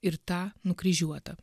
ir tą nukryžiuotą